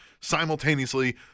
simultaneously